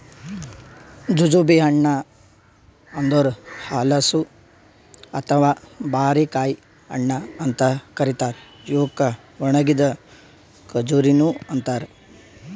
jujube ಹಣ್ಣ ಅಂದುರ್ ಹಲಸು ಅಥವಾ ಬಾರಿಕಾಯಿ ಹಣ್ಣ ಅಂತ್ ಕರಿತಾರ್ ಇವುಕ್ ಒಣಗಿದ್ ಖಜುರಿನು ಅಂತಾರ